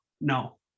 no